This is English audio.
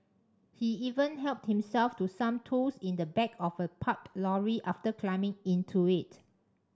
he even helped himself to some tools in the back of a parked lorry after climbing into it